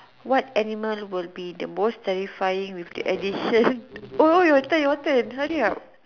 what animal will be the most terrifying with the addition oh your turn your turn hurry up